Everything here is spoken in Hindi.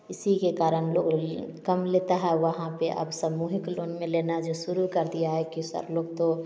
इसी के कारण लोग कम लेता है वहाँ पे अब सामूहिक लोन में लेना है जो शुरू कर दिया है कि सर लोग तो